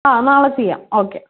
നാളെ ചെയ്യാം ഓക്കേ